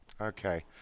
Okay